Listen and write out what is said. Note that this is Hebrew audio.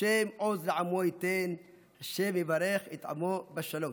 "ה' עֹז לעמו יתן ה' יברך את עמו בשלום".